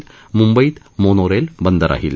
म्ंबईत मोनोरेल बंद राहील